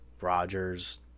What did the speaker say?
Rogers